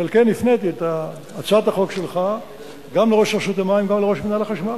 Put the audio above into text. על כן הפניתי את הצעת החוק שלך גם לראש רשות המים וגם לראש מינהל החשמל.